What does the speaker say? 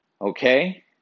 Okay